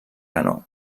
canó